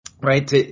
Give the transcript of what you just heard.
right